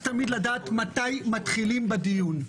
צריך לדעת מתי מתחילים בדיון,